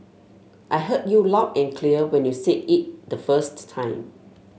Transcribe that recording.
I heard you loud and clear when you said it the first time